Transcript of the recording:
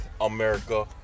America